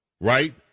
Right